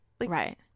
Right